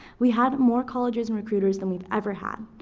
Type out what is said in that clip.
we had more colleges and recruiters than we've ever had.